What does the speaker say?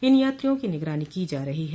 इन यात्रियों की निगरानी की जा रही है